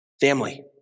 family